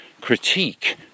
critique